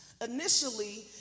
Initially